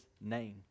name